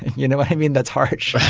you know what i mean? that's harsh but